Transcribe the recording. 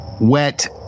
wet